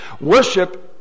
worship